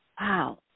Wow